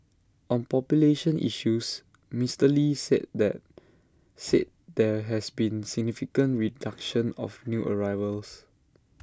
on population issues Mister lee said there said there has been significant reduction of new arrivals